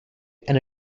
and